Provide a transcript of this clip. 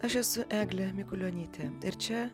aš esu eglė mikulionytė ir čia